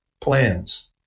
Plans